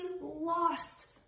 lost